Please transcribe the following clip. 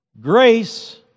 grace